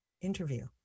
interview